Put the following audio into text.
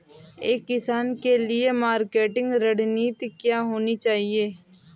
एक किसान के लिए मार्केटिंग रणनीति क्या होनी चाहिए?